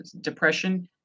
depression